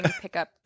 pickup